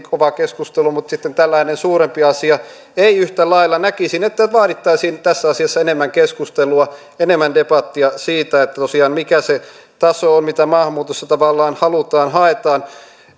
kovaa keskustelua mutta sitten tällainen suurempi asia ei yhtä lailla näkisin että vaadittaisiin tässä asiassa enemmän keskustelua enemmän debattia siitä mikä tosiaan on se taso mitä maahanmuutossa tavallaan halutaan haetaan